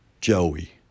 Joey